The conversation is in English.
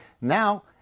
Now